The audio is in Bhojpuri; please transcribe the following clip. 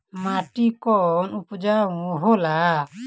माटी कौन उपजाऊ होला?